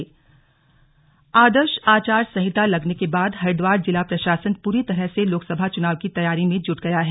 slug चुनाव तैयारी हरिद्वार आदर्श आचार संहिता लगने के बाद हरिद्वार जिला प्रशासन पूरी तरह से लोकसभा चुनाव की तैयारी में जुट गया है